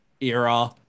era –